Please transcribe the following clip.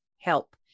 help